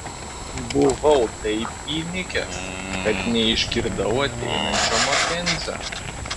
buvau taip įnikęs kad neišgirdau ateinančio makenzio